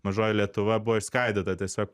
mažoji lietuva buvo išskaidyta tiesiog